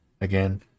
again